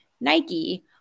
Nike